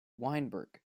weinberg